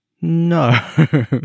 No